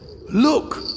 Look